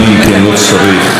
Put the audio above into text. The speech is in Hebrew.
אם כן, לא צריך הצבעה.